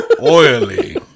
oily